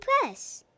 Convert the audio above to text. Press